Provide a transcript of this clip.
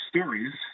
stories